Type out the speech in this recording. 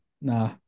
nah